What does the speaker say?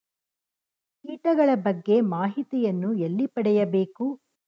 ಕೀಟಗಳ ಬಗ್ಗೆ ಮಾಹಿತಿಯನ್ನು ಎಲ್ಲಿ ಪಡೆಯಬೇಕು?